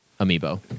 amiibo